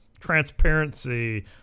transparency